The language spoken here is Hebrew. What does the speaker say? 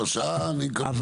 אבל